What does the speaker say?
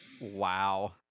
Wow